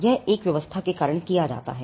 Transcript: यह एक व्यवस्था के कारण किया जाता है